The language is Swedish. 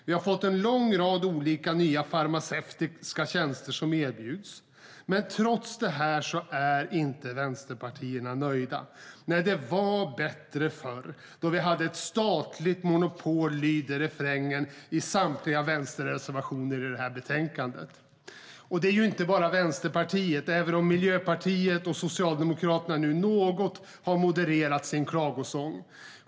Vi erbjuds i dag en lång rad nya farmaceutiska tjänster. Trots allt detta är inte vänsterpartierna nöjda. Nej, det var bättre förr då vi hade ett statligt monopol. Så lyder refrängen i samtliga vänsterreservationer i betänkandet. Det gäller inte bara Vänsterpartiet, även om Miljöpartiet och Socialdemokraterna nu har modererat sin klagosång något.